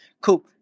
Cool